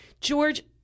George